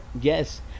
Yes